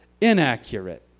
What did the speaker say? inaccurate